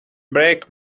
break